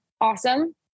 awesome